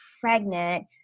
pregnant